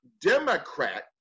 Democrat